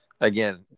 again